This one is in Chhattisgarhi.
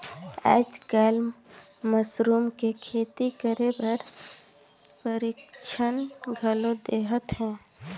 आयज कायल मसरूम के खेती करे बर परिक्छन घलो देहत हे